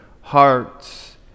hearts